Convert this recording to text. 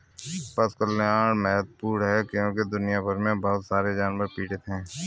पशु कल्याण महत्वपूर्ण है क्योंकि दुनिया भर में बहुत सारे जानवर पीड़ित हैं